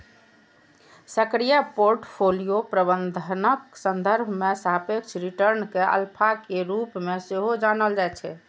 सक्रिय पोर्टफोलियो प्रबंधनक संदर्भ मे सापेक्ष रिटर्न कें अल्फा के रूप मे सेहो जानल जाइ छै